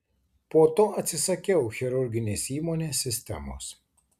po to atsisakiau chirurginės įmonės sistemos